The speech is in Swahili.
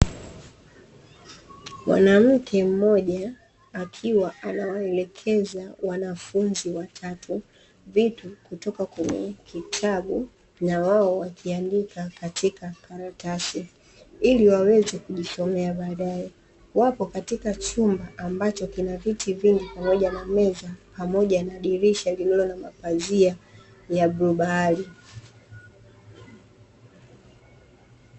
Mwanamke mmoja, akiwa anawaelekeza wanafunzi watatu vitu kutoka kwenye kitabu na wao wakiandika katika karatasi, ili waweze kujisomea baadaye. Wapo katika chumba ambacho kina viti vingi pamoja na meza pamoja, na dirisha lililo na mapazia ya bluu bahari.